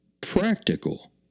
practical